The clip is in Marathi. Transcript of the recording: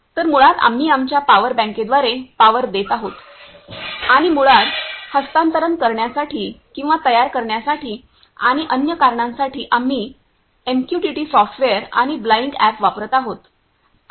तर मुळात आम्ही आमच्या पॉवर बँकेद्वारे पावर देत आहोत आणि मुळात हस्तांतरण करण्यासाठी किंवा तयार करण्यासाठी आणि अन्य कारणांसाठी आम्ही एमक्यूटीटी सॉफ्टवेअर आणि ब्लाइंक अॅप वापरत आहोत